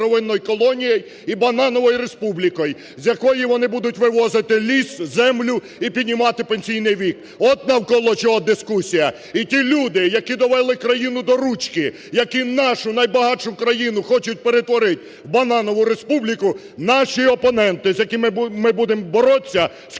сировинною колонією і "банановою республікою", з якої вони будуть вивозити ліс, землю і піднімати пенсійний вік. От навколо чого дискусія! І ті люди, які довели країну до ручки, які нашу найбагатшу країну хочуть перетворити в "бананову республіку", наші опоненти, з якими ми будемо боротися скільки